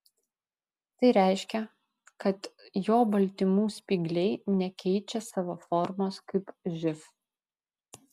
tai reiškia kad jo baltymų spygliai nekeičia savo formos kaip živ